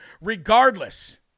regardless